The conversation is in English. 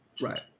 Right